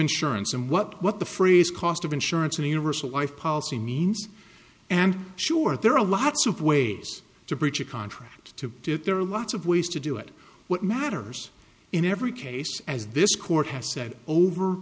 insurance and what what the phrase cost of insurance universal life policy means and sure there are lots of ways to breach of contract to do it there are lots of ways to do it what matters in every case as this court has said over